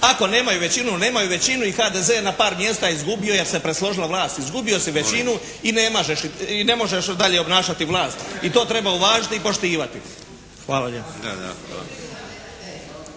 Ako nemaju većinu nemaju većinu i HDZ je na par mjesta izgubio jer se presložila vlast, izgubio si većinu i ne možeš dalje obnašati vlast. I to treba uvažiti i poštivati. Hvala lijepo.